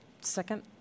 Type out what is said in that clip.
Second